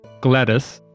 Gladys